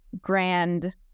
grand